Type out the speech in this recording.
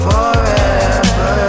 Forever